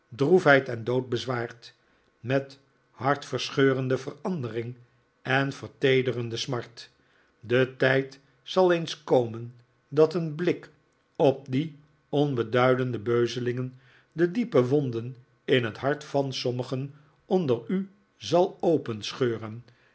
en dood bezwaard met hartverscheurende verandering en verterende smart de tijd zal eens komen dat een blik op die onbeduidende beuzelingen de diepe wonden in het hart van sommigen onder u zal